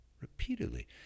repeatedly